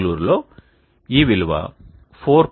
బెంగళూరులో ఈ విలువ 4